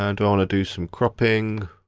and do i wanna do some cropping.